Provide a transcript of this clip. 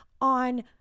on